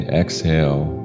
exhale